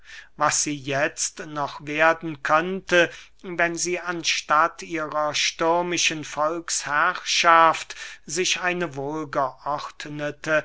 was sie jetzt noch werden könnte wenn sie anstatt ihrer stürmischen volksherrschaft sich eine